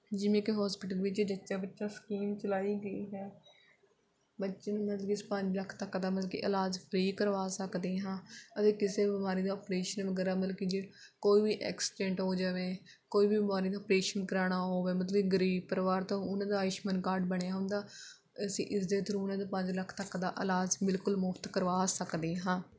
ਜਿਵੇਂ ਕਿ ਹੋਸਪਿਟਲ ਵਿੱਚ ਜੱਚਾ ਬੱਚਾ ਸਕੀਮ ਚਲਾਈ ਗਈ ਹੈ ਬੱਚੇ ਪੰਜ ਲੱਖ ਤੱਕ ਦਾ ਮਤਲਬ ਕਿ ਇਲਾਜ ਫ੍ਰੀ ਕਰਵਾ ਸਕਦੇ ਹਾਂ ਅਤੇ ਕਿਸੇ ਬਿਮਾਰੀ ਦਾ ਓਪਰੇਸ਼ਨ ਵਗੈਰਾ ਮਤਲਬ ਕਿ ਜੇ ਕੋਈ ਵੀ ਐਕਸੀਡੈਂਟ ਹੋ ਜਾਵੇ ਕੋਈ ਵੀ ਬਿਮਾਰੀ ਦਾ ਓਪਰੇਸ਼ਨ ਕਰਵਾਉਣਾ ਹੋਵੇ ਮਤਲਬ ਕਿ ਗਰੀਬ ਪਰਿਵਾਰ ਤੋਂ ਉਨ੍ਹਾਂ ਦਾ ਆਯੂਸ਼ਮਨ ਕਾਰਡ ਬਣਿਆ ਹੁੰਦਾ ਅਸੀਂ ਇਸ ਦੇ ਥਰੂ ਉਨ੍ਹਾਂ ਦਾ ਪੰਜ ਲੱਖ ਤੱਕ ਦਾ ਇਲਾਜ ਬਿਲਕੁਲ ਮੁਫਤ ਕਰਵਾ ਸਕਦੇ ਹਾਂ